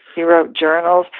he wrote journals.